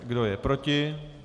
Kdo je proti?